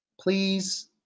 Please